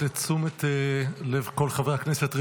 לתשומת לב כל חברי הכנסת,